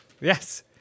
Yes